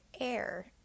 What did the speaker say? Air